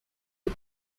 des